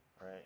Right